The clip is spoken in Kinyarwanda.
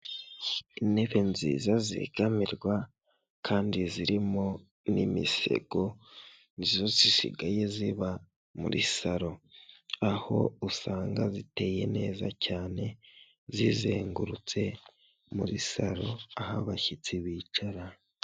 Ni akazu ka emutiyene k'umuhondo, kariho ibyapa byinshi mu bijyanye na serivisi zose za emutiyene, mo imbere harimo umukobwa, ubona ko ari kuganira n'umugabo uje kumwaka serivisi.